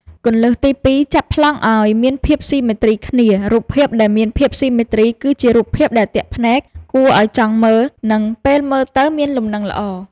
គន្លឹះទី២ ចាប់ប្លង់ឱ្យមានភាពស៊ីមេទ្រីគ្នា រូបភាពដែលមានភាពស៊ីមេទ្រី គឺជារូបភាពដែលទាក់ភ្នែក គួរឱ្យចង់មើល និងពេលមើលទៅមានលំនឹងល្អ។